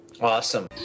Awesome